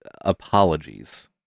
apologies